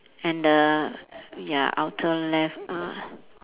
and the ya outer left uh